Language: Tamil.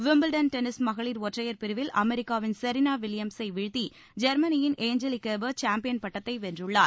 விம்பிள்டன் டென்னிஸ் மகளிர் ஒற்றையர் பிரிவில் அமெரிக்காவின் செரீனா வில்லியம்ஸை வீழ்த்தி ஜெர்மனியின் ஏஞ்சலிக் கெர்பர் சாம்பியன் பட்டத்தை வென்றுள்ளார்